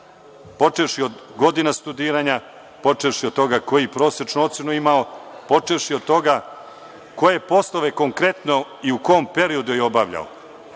počevši od godina studiranja, počevši od toga koju je prosečnu ocenu imao, počevši od toga koje poslove konkretno i u kom periodu je obavljao,